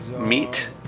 meat